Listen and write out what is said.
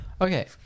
Okay